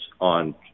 on